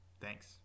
Thanks